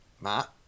Matt